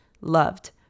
loved